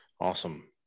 Awesome